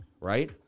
right